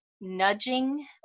nudging